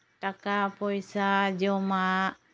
ᱴᱟᱠᱟ ᱯᱚᱭᱥᱟ ᱡᱚᱢᱟᱜ